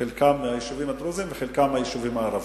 חלקם מהיישובים הדרוזיים וחלקם מהיישובים הערביים.